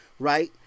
Right